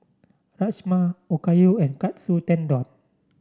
Rajma Okayu and Katsu Tendon